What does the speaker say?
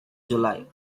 july